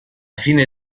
fine